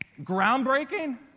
groundbreaking